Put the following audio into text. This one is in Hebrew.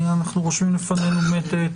אנחנו רושמים לפנינו באמת,